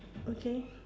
okay